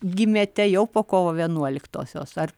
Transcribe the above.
gimėte jau po kovo vienuoliktosios ar